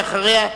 ואחריו,